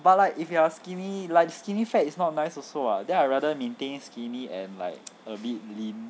but like if you are skinny like skinny fat is not nice also [what] then I rather maintain skinny and like a bit lean